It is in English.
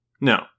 No